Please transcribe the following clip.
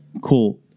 cool